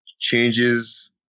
Changes